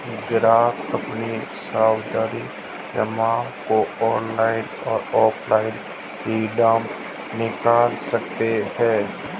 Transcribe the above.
ग्राहक अपनी सावधि जमा को ऑनलाइन या ऑफलाइन रिडीम निकाल सकते है